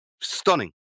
Stunning